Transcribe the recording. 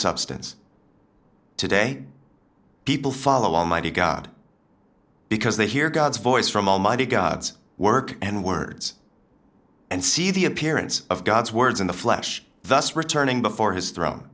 substance today people follow almighty god because they hear god's voice from almighty god's work and words and see the appearance of god's words in the flesh thus returning before his thro